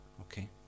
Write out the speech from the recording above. Okay